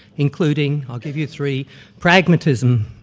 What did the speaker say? including i'll give you three pragmatism,